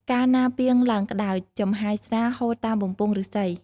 កាលណាពាងឡើងក្ដៅ ចំហាយស្រាហូរតាមបំពង់ឫស្សី។